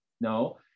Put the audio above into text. no